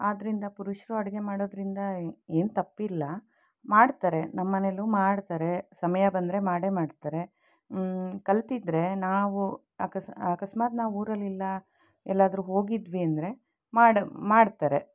ಆದ್ದರಿಂದ ಪುರುಷರು ಅಡಿಗೆ ಮಾಡೋದ್ರಿಂದ ಏನು ತಪ್ಪಿಲ್ಲ ಮಾಡ್ತಾರೆ ನಮ್ಮನೆಯಲ್ಲೂ ಮಾಡ್ತಾರೆ ಸಮಯ ಬಂದರೆ ಮಾಡೇ ಮಾಡ್ತಾರೆ ಕಲಿತಿದ್ರೆ ನಾವು ಆಕಸ್ ಅಕಸ್ಮಾತ್ ನಾವು ಊರಲ್ಲಿಲ್ಲ ಎಲ್ಲಾದರೂ ಹೋಗಿದ್ವಿ ಅಂದರೆ ಮಾಡ್ ಮಾಡ್ತಾರೆ